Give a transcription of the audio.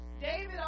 David